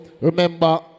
remember